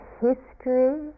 history